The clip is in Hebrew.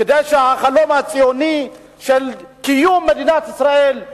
כדי שהחלום הציוני של קיום מדינת ישראל,